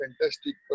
fantastic